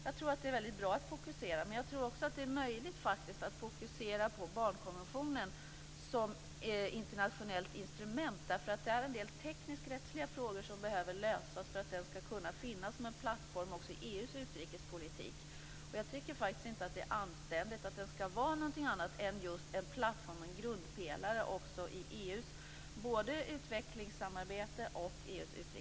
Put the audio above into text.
Jag tror att det är bra att fokusera på denna fråga, men jag tror också att det är möjligt att fokusera på barnkonventionen som internationellt instrument. Det är nämligen en del tekniskrättsliga problem som behöver lösas för att den skall kunna fungera som en plattform också i EU:s utrikespolitik. Jag tycker inte att det är anständigt att den skall vara någonting annat än just en plattform, en grundpelare, både i EU:s utvecklingsarbete och i